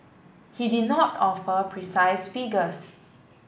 he did not offer precise figures